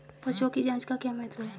पशुओं की जांच का क्या महत्व है?